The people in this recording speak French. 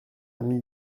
ami